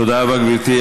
תודה רבה, גברתי.